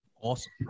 Awesome